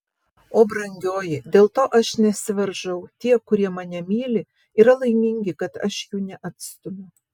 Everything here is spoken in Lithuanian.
o brangioji dėl to aš nesivaržau tie kurie mane myli yra laimingi kad aš jų neatstumiu